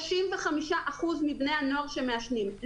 35% מבני הנוער שמעשנים,